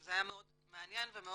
זה היה מאוד מעניין ומאוד